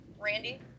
Randy